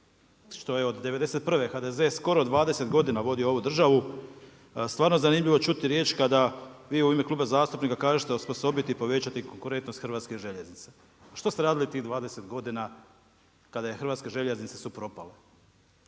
što je od 91' HDZ skoro 20 godina vodio ovu državu, stvarno zanimljivo čuti riječ kada vi u ime kluba zastupnika kažete osposobiti i povećati konkurentnost HŽ. Što ste radili tih 20 godina, kada su HŽ su propale?